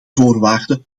voorwaarde